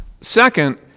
Second